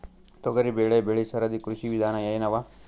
ತೊಗರಿಬೇಳೆ ಬೆಳಿ ಸರದಿ ಕೃಷಿ ವಿಧಾನ ಎನವ?